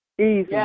Easy